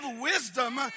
wisdom